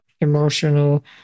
emotional